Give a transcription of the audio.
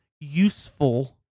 useful